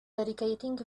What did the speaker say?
dedicating